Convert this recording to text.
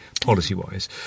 policy-wise